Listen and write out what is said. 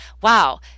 Wow